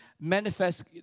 manifest